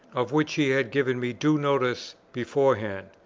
of which he had given me due notice beforehand.